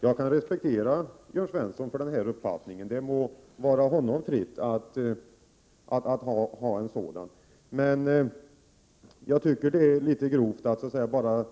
Jag kan respektera Jörn Svensson för hans uppfattning — det må vara honom fritt att ha den — man jag tycker det är väl grovt att